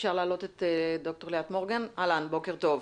ליאת מורגן בבקשה,